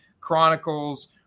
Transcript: Chronicle's